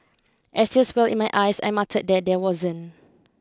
as tears welled in my eyes I muttered that there wasn't